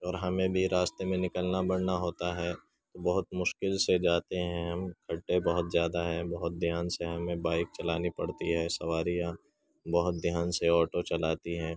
اور ہمیں بھی راستے میں نکلنا بڑنا ہوتا ہے تو بہت مشکل سے جاتے ہیں ہم گڈھے بہت زیادہ ہیں بہت دھیان سے ہمیں بائک چلانی پڑتی ہے سواریاں بہت دھیان سے آٹو چلاتی ہیں